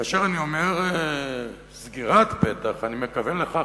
כאשר אני אומר "סגירת פתח" אני מכוון לכך